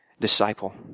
disciple